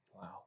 Wow